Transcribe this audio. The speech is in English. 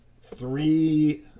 three